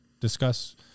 discuss